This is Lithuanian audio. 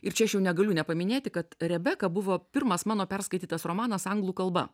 ir čia aš jau negaliu nepaminėti kad rebeka buvo pirmas mano perskaitytas romanas anglų kalba